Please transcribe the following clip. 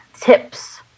Tips